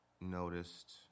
noticed